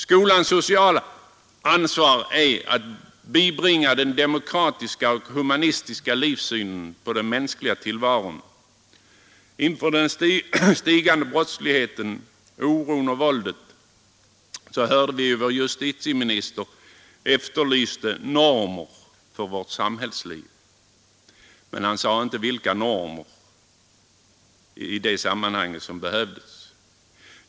Skolans sociala ansvar är att bibringa eleverna den demokratiska och humanistiska livssynen på den mänskliga tillvaron. Inför den stigande brottsligheten, oron och våldet hörde vi hur vår justitieminister efterlyste normer för vårt samhälles liv. Men han sade i det sammanhanget icke vilka normer som behövdes.